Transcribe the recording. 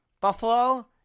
Buffalo